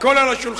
הכול על השולחן,